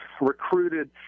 recruited